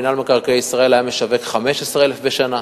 מינהל מקרקעי ישראל היה משווק 15,000 בשנה,